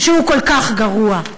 שהוא כל כך גרוע.